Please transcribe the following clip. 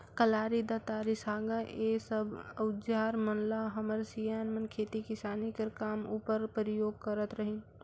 कलारी, दँतारी, साँगा ए सब अउजार मन ल हमर सियान मन खेती किसानी कर काम उपर परियोग करत रहिन